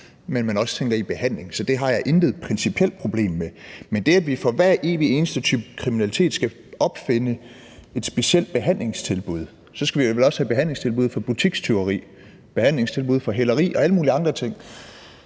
men at man også tænker i behandling, så det har jeg intet principielt problem med. Men det, at vi for hver eneste type kriminalitet skal opfinde et specielt behandlingstilbud, gør vel, at vi så også skal have et behandlingstilbud for butikstyveri, et behandlingstilbud for hæleri og alle mulige andre ting.